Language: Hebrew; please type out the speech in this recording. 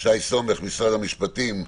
שי סומך, משרד המשפטים,